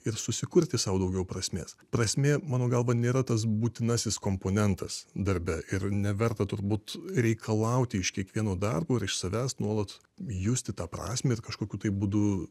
ir susikurti sau daugiau prasmės prasmė mano galva nėra tas būtinasis komponentas darbe ir neverta turbūt reikalauti iš kiekvieno darbo ir iš savęs nuolat justi tą prasmę ir kažkokiu tai būdu